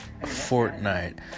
Fortnite